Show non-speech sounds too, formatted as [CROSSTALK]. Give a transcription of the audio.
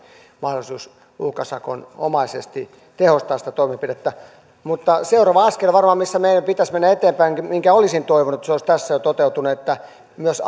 mahdollisuus uhkasakonomaisesti tehostaa sitä toimenpidettä mutta seuraava askel varmaan missä meidän pitäisi mennä eteenpäinkin minkä olisin toivonut tässä jo toteutuneen on että myös [UNINTELLIGIBLE]